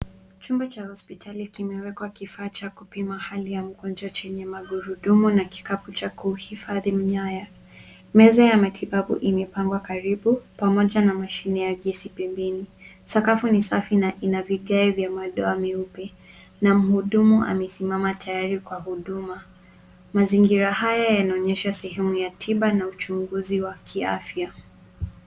Chumba cha hospitali kimewekwa kifaa cha kupima hali ya mgonjwa chenye magurudumu na kikapu cha kuhifadhi nyaya. Meza ya matibabu imepangwa karibu pamoja na mashine ya gesi pembeni. Sakafu ni safi na ina vigae vya madoa meupe na mhudumu amesimama tayari kwa huduma. Mazingira haya yanaonyesha sehemu ya tiba na uchunguzi wa kiafya.